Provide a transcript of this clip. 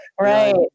right